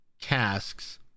casks